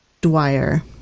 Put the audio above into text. Dwyer